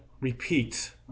repeat